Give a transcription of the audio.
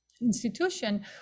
Institution